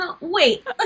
Wait